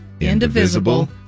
indivisible